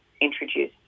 introduce